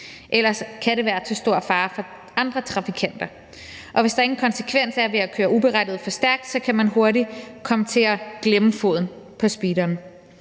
ellers kan det være til stor fare for andre trafikanter, og hvis der ingen konsekvens er ved at køre uberettiget for stærkt, så kan man hurtigt komme til at glemme foden på speederen.